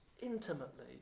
intimately